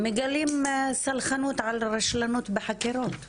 הם מגלים סלחנות על רשלנות בחקירות,